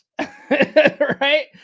right